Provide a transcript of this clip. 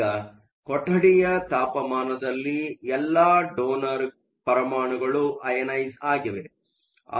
ಈಗ ಕೊಠಡಿಯ ತಾಪಮಾನದಲ್ಲಿ ಎಲ್ಲಾ ಡೋನರ್ ಪರಮಾಣುಗಳು ಅಯನೈಸ಼್ ಆಗಿವೆ